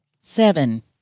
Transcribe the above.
Seven